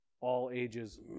all-ages